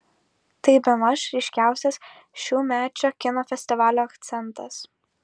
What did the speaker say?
tai bemaž ryškiausias šiųmečio kino festivalio akcentas